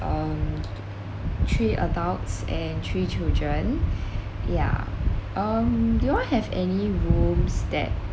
(um)three adults and three children yeah um do you all have any rooms that